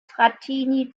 frattini